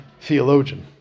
Theologian